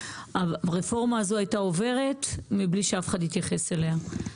הרפורמה הזאת הייתה עוברת מבלי שאף אחד התייחס אליה.